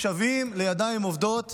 משוועים לידיים עובדות